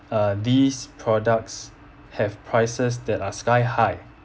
uh these products have prices that are sky high